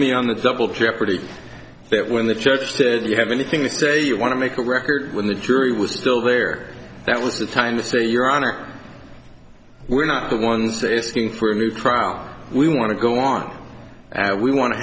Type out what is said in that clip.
me on the double jeopardy that when the church said you have anything to say you want to make a record when the jury was still there that was the time to say your honor we're not the ones that asking for a new trial we want to go on we want to